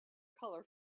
color